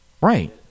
right